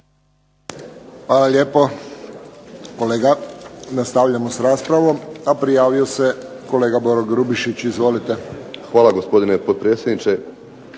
Hvala lijepo kolega. Nastavljamo sa raspravo, a prijavio se kolega Boro Grubišić. Izvolite. **Grubišić, Boro (HDSSB)** Hvala gospodine potpredsjedniče.